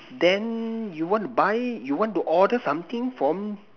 then you want to buy you want to order something from